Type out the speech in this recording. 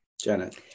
Janet